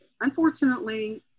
unfortunately